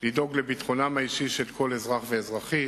לדאוג לביטחונם האישי של כל אזרח ואזרחית,